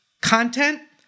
content